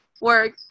work